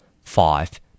Five